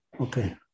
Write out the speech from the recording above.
Okay